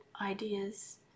ideas